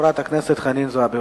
חברת הכנסת חנין זועבי.